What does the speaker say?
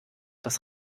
das